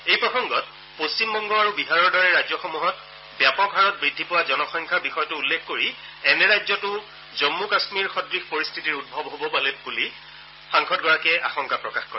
এই প্ৰসংগত পশ্চিম বংগ আৰু বিহাৰৰ দৰে ৰাজ্যসমূহত ব্যাপক হাৰত বৃদ্ধি পোৱা জনসংখ্যাৰ বিষয়টো উল্লেখ কৰি এনে ৰাজ্যতো জম্মু কাশ্মীৰ সদৃশ পৰিস্থিতিৰ উদ্ভৱ হ'ব পাৰে বুলি সাংসদগৰাকীয়ে আশংকা প্ৰকাশ কৰে